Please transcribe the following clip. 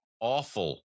awful